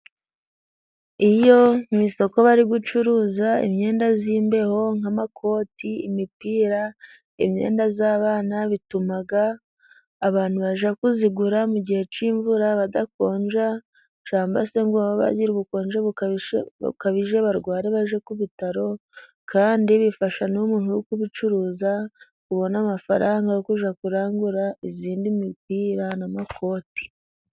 Iyo mu isoko bari gucuruza imyenda y'imbeho nk'amakoti, imipira, imyenda y'abana bituma abantu bajya kuyigura mu gihe cy'imvura badakonja cyangwa se ngo bagira ubukonje bukabije, bukabije barware bajye ku bitaro kandi bifasha n'umuntu uri kubicuruza kubona amafaranga yo kujya kurangura iyindi mipira n'amakoti.